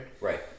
Right